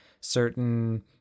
certain